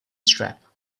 strap